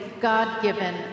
God-given